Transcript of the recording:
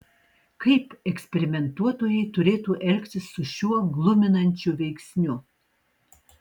kaip eksperimentuotojai turėtų elgtis su šiuo gluminančiu veiksniu